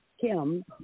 Kim